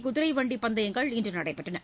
குதிரை வண்டி பந்தயங்கள் இன்று நடைபெற்றது